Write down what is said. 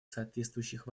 соответствующих